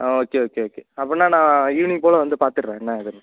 ஆ okay okay okay அப்படினா நான் evening போல வந்து பார்த்துட்றேன் என்ன ஏதுனு